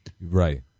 Right